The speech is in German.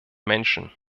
menschen